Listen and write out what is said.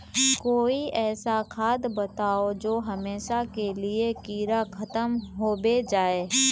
कोई ऐसा खाद बताउ जो हमेशा के लिए कीड़ा खतम होबे जाए?